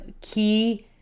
key